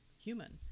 human